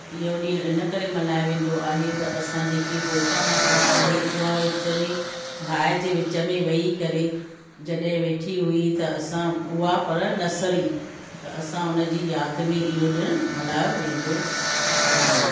इहो ॾींहुं इन करे मल्हायो वेंदो आहे त असां जेकी होलिका माता आहे उहा विच में बाहि जे विच में वेही करे जॾहिं वेठी हुई त असां उहा पर न सड़ी त असां हुनजी यादि में इहो ॾिणु मल्हायो वेंदो आहे